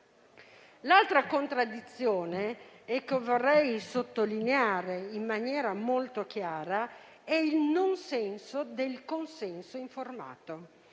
L'altra contraddizione che vorrei sottolineare in maniera molto chiara è la mancanza di senso del consenso informato.